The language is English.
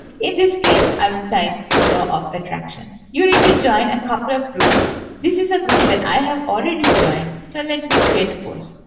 in this case, i will type law of attraction. you need to join a couple of groups. this is a group that i have already joined so let me create a post.